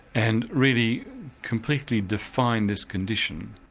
and really completely defined this condition.